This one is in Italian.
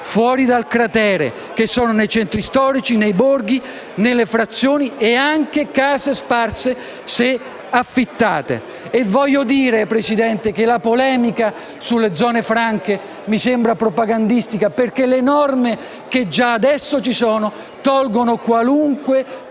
fuori dal cratere, che sono nei centri storici, nei borghi, nelle frazioni e anche alle case sparse, se affittate. Voglio dire, signor Presidente, che la polemica sulle zone franche mi sembra propagandistica, perché le norme già adesso esistenti tolgono qualunque